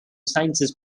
sciences